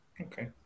okay